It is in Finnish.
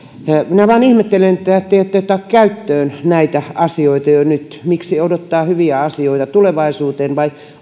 minä vain ihmettelen että te ette ota käyttöön näitä asioita jo nyt miksi odottaa hyviä asioita tulevaisuuteen